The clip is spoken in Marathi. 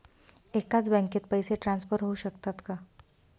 एकाच बँकेत पैसे ट्रान्सफर होऊ शकतात का?